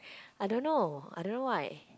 I don't know I don't know why